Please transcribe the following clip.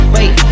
Wait